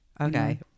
okay